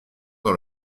dans